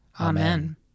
Amen